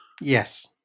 Yes